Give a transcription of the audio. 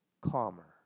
calmer